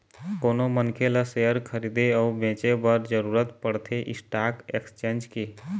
कोनो मनखे ल सेयर खरीदे अउ बेंचे बर जरुरत पड़थे स्टाक एक्सचेंज के